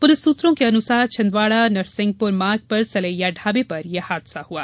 police सूत्रों के अनुसार छिंदवाड़ा नरसिंहपुर मार्ग पर सलैया ढाबे पर यह हादसा हुआ